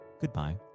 goodbye